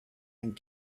and